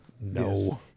no